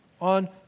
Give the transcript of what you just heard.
on